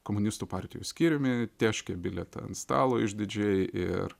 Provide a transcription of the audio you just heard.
komunistų partijos skyriumi tėškė bilietą ant stalo išdidžiai ir